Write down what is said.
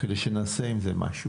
כדי שנעשה עם זה משהו.